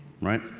right